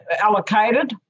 allocated